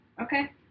Okay